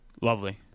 Lovely